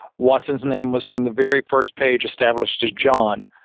watson's name was from the very first page established as john.